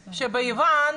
שביוון,